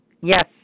Yes